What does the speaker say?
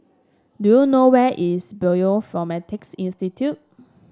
do you know where is Bioinformatics Institute